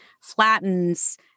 flattens